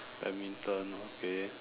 badminton okay